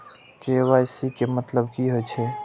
KYC के मतलब कि होई छै?